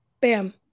bam